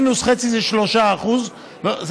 מינוס 0.5% זה 3% ואללה,